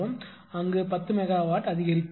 எனவே அங்கு 10 மெகாவாட் அதிகரிக்கிறது